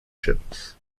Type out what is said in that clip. ships